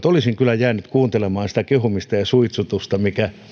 olisin kyllä jäänyt kuuntelemaan sitä kehumista ja suitsutusta mikä